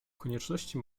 konieczności